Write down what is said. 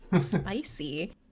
spicy